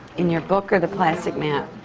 in your book or the plastic map?